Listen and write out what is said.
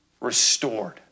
restored